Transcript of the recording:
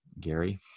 Gary